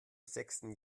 sechsten